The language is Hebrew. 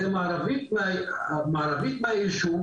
זה מה שנקבע בהוראות התכנית.